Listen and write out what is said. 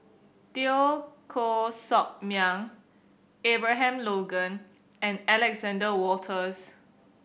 Teo Koh Sock Miang Abraham Logan and Alexander Wolters